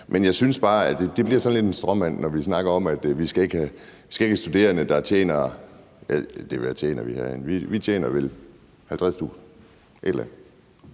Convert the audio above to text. Men jeg synes bare, at det bliver lidt en stråmand, når vi snakker om, at vi ikke skal have studerende, der tjener det, vi tjener herinde – vi tjener vel omkring